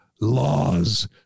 laws